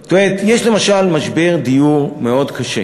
יש, למשל, משבר דיור מאוד קשה.